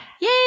Yay